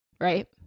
right